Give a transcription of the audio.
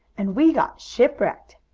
and we got shipwrecked.